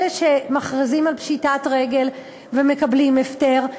אלה שמכריזים על פשיטת רגל ומקבלים הפטר,